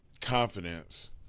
confidence